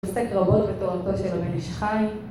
עוסק רבות בתורתו של הבן איש חי